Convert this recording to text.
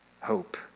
hope